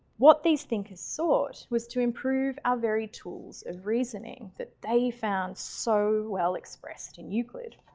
what these thinkers sought was to improve our very tools of reasoning that they found so well expressed in euclid.